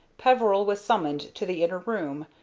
peveril was summoned to the inner room,